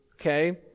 okay